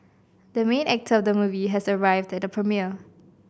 the main actor of the movie has arrived at the premiere